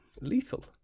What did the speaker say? lethal